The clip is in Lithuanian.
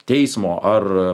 teismo ar